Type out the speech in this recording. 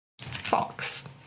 Fox